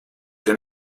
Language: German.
den